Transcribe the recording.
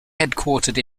headquartered